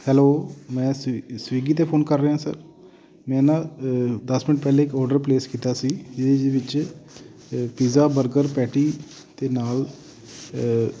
hello ਮੈਂ ਸਵਿ ਸਵਿਗੀ 'ਤੇ ਫੋਨ ਕਰ ਰਿਹਾ ਸਰ ਮੈਂ ਨਾ ਦਸ ਮਿੰਟ ਪਹਿਲਾਂ ਇੱਕ ਔਡਰ ਪਲੇਸ ਕੀਤਾ ਸੀ ਜਿਹਦੇ ਵਿੱਚ ਪੀਜ਼ਾ ਬਰਗਰ ਪੈਟੀ ਅਤੇ ਨਾਲ